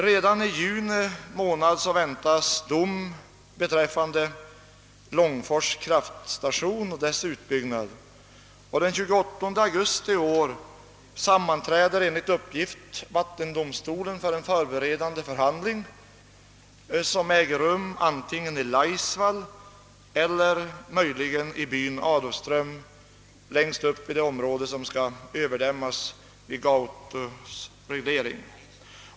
Redan under juni väntas dom beträffande Långfors kraftstation och dess utbyggnad, och den 28 augusti i år sammanträder enligt uppgift vattendomstolen för en förberedande förhandling som äger rum antingen i Laisvall eller möjligen i byn Adolfström längst uppe i det område som skall överdämmas vid Gautos reglering.